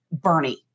Bernie